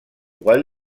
voit